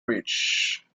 rich